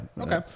okay